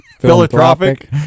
Philanthropic